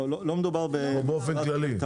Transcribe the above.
או באופן כללי?